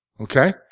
Okay